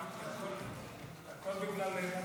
חבריי חברי הכנסת, אנחנו עוברים לנושא